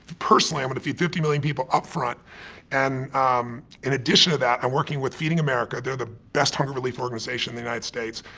personally i'm gonna feed fifty million people upfront and in addition to that i'm working with feeding america, they're the best hunger relief organization in the united states.